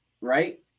right